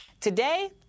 Today